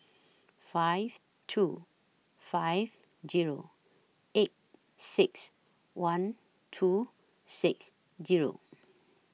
five two five Zero eight six one two six Zero